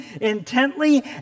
intently